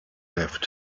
left